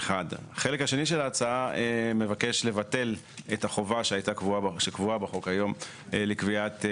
אנו סבורים שהביטול של חובת היעדים הוא בעייתי.